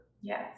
Yes